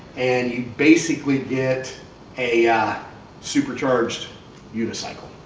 and you basically get a supercharged unicycle.